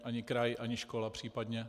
Ani kraj, ani škola případně.